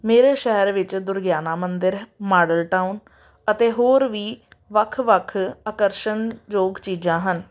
ਮੇਰੇ ਸ਼ਹਿਰ ਵਿੱਚ ਦੁਰਗਿਆਣਾ ਮੰਦਿਰ ਹੈ ਮਾਡਲ ਟਾਊਨ ਅਤੇ ਹੋਰ ਵੀ ਵੱਖ ਵੱਖ ਆਕਰਸ਼ਣ ਯੋਗ ਚੀਜ਼ਾਂ ਹਨ